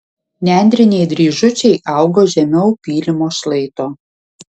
nendriniai dryžučiai augo žemiau pylimo šlaito